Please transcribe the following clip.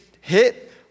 hit